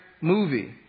movie